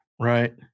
Right